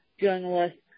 journalists